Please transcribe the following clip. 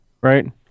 Right